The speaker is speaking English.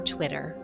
Twitter